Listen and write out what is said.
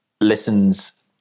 listens